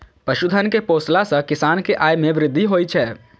पशुधन कें पोसला सं किसान के आय मे वृद्धि होइ छै